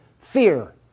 Fear